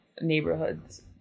neighborhoods